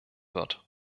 wird